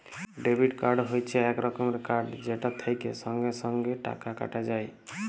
debit card হচ্যে এক রকমের কার্ড যেটা থেক্যে সঙ্গে সঙ্গে টাকা কাটা যায়